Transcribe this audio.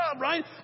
right